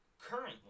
currently